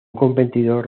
competidor